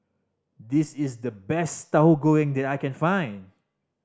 this is the best Tahu Goreng that I can find